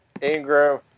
Ingram